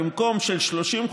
במקום 'של שלושים חודשים'